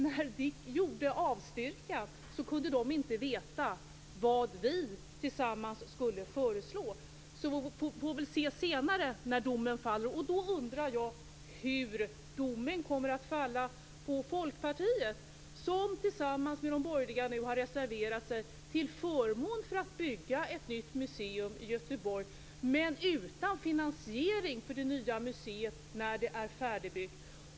När DIK avstyrkte kunde de inte veta vad vi tillsammans skulle föreslå. Vi får väl se senare när domen faller. Då undrar jag hur domen kommer att falla på Folkpartiet, som tillsammans med de andra borgerliga partierna nu har reserverat sig till förmån för att bygga ett nytt museum i Göteborg men utan finansiering för det nya museet när det är färdigbyggt.